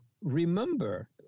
remember